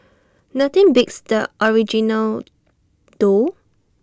nothing beats the original though